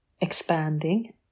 expanding